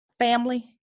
Family